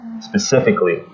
specifically